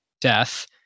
death